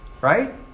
Right